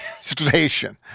station